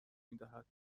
میدهد